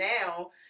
now